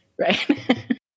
Right